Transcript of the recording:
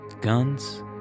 Guns